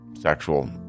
sexual